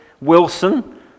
Wilson